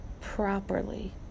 properly